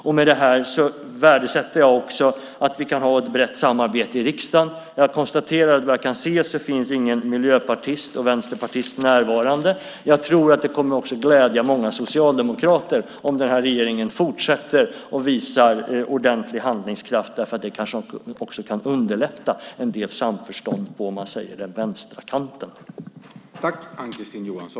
Jag värdesätter att vi kan ha ett brett samarbete i riksdagen och konstaterar att det inte finns någon miljöpartist eller vänsterpartist närvarande vad jag kan se. Jag tror att det kommer att glädja många socialdemokrater om regeringen fortsätter att visa ordentlig handlingskraft. Det kanske kan underlätta samförståndet en del på den vänstra kanten, om man säger så.